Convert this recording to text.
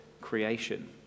creation